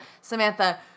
Samantha